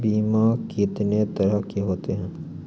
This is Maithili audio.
बीमा कितने तरह के होते हैं?